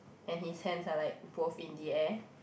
and his hands are like both in the air